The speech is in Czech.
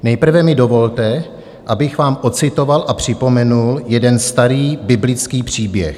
Nejprve mi dovolte, abych vám ocitoval a připomenul jeden starý biblický příběh.